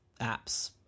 apps